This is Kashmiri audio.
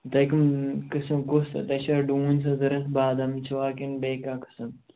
تۄہہِ کٕم قٕسٕم کُس تۄہہِ چھوا ڈوٗنۍ چھا ضروٗرت بادام چھِوا کِنہٕ بیٚیہِ کانٛہہ قٕسٕم